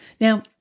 Now